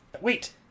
Wait